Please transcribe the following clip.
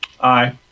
aye